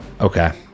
okay